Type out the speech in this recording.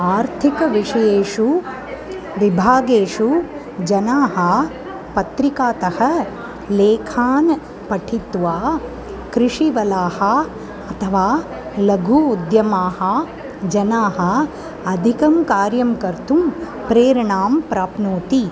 आर्थिकविषयेषु विभागेषु जनाः पत्रिकातः लेखान् पठित्वा कृषिवलाः अथवा लघु उद्यमाः जनाः अधिकं कार्यं कर्तुं प्रेरणां प्राप्नोति